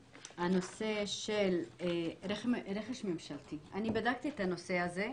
הנושא של רכש ממשלתי אני בדקתי את הנושא הזה.